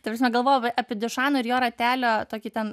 ta prasme galvoju apie apie dišano ir jo ratelio tokį ten